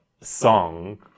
song